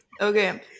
okay